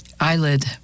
eyelid